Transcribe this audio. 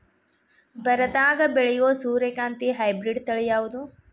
ಬರದಾಗ ಬೆಳೆಯೋ ಸೂರ್ಯಕಾಂತಿ ಹೈಬ್ರಿಡ್ ತಳಿ ಯಾವುದು?